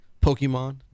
Pokemon